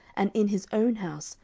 and in his own house,